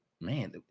Man